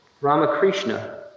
Ramakrishna